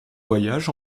voyage